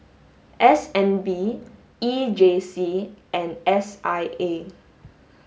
S N B E J C and S I A